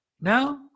Now